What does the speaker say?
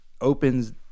opens